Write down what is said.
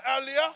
earlier